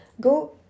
Go